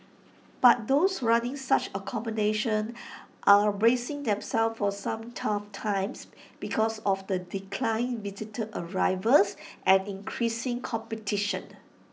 but those running such accommodation are bracing themselves for some tough times because of declining visitor arrivals and increasing competition